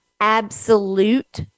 absolute